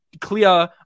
clear